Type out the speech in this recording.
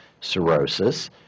cirrhosis